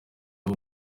aho